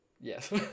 Yes